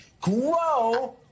Grow